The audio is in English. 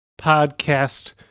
podcast